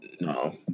No